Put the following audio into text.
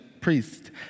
priest